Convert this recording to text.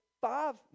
five